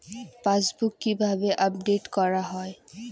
Passbook কিভাবে update করা হয়?